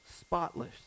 spotless